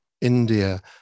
India